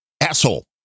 asshole